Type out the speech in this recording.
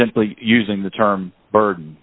simply using the term burd